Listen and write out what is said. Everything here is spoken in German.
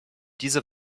diese